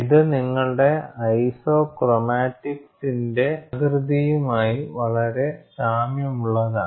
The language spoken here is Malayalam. ഇത് നിങ്ങളുടെ ഐസോക്രോമാറ്റിക്സിന്റെ ആകൃതിയുമായി വളരെ സാമ്യമുള്ളതാണ്